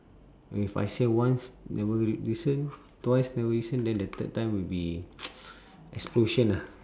if I say once never listen twice never listen then the third time will be explosion lah